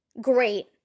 Great